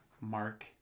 Mark